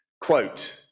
quote